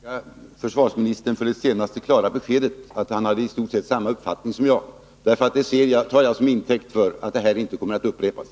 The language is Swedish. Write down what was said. Fru talman! Jag vill gärna tacka försvarsministern för det senaste klara beskedet att han har i stort sett samma uppfattning som jag. Det tar jag till intäkt för ett antagande att detta inte kommer att upprepas.